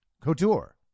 couture